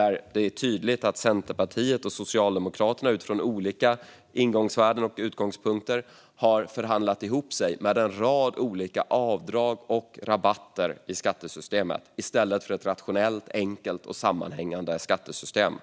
Här är det tydligt att Centerpartiet och Socialdemokraterna utifrån olika ingångsvärden och utgångspunkter har förhandlat fram en rad olika avdrag och rabatter i skattesystemet i stället för ett rationellt, enkelt och sammanhängande skattesystem.